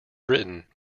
britain